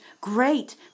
great